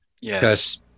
Yes